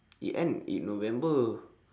he end in november